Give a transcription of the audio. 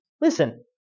listen